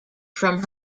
from